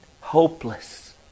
hopeless